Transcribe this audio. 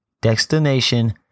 destination